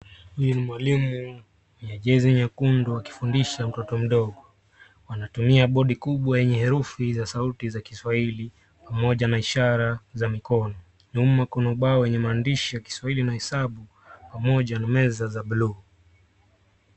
Huyu ni mwalimu mwenye jezi nyekundu, akifundisha mtoto mdogo. Wanatumia bodi kubwa yenye herufi za sauti za kiswahili, pamoja na ishara za mikono. Nyuma kuna ubao wenye maandishi ya kiswahili na hesabu, pamoja na meza za buluu.